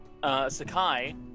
Sakai